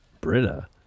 Britta